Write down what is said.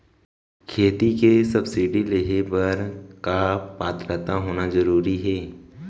खेती के सब्सिडी लेहे बर का पात्रता होना जरूरी हे?